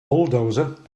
bulldozer